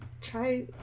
try